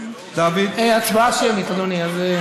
הצבעה שמית, אדוני.